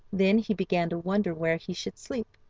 then he began to wonder where he should sleep.